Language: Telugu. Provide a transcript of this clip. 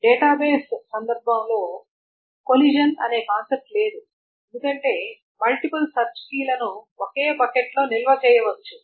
డేటాబేస్ సందర్భంలో కొలిషన్ అనే కాన్సెప్ట్ లేదు ఎందుకంటే మల్టీపుల్ సెర్చ్ కీలను ఒకే బకెట్లో నిల్వ చేయవచ్చు